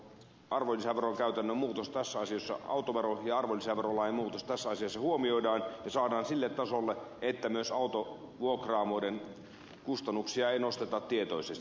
toivon että tässä autoverolain ja arvonlisäverolain muutoksessa tämä asia huomioidaan ja verot saadaan sille tasolle että myös autovuokraamoiden kustannuksia ei nosteta tietoisesti